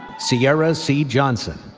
sierra c. johnson,